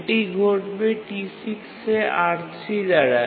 এটি ঘটবে T6 এ R3 দ্বারা